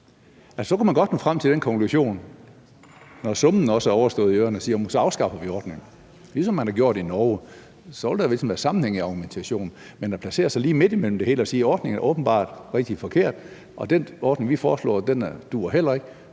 Så kunne man godt nå frem til den konklusion – når den der summen i ørerne også er overstået – at sige, at så afskaffer vi ordningen, ligesom man har gjort i Norge. Så vil der ligesom være sammenhæng i argumentationen. Men man placerer sig lige midt imellem det hele og siger, at ordningen åbenbart er rigtig forkert, og at den ordning, vi foreslår, heller ikke